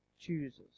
chooses